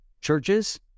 churches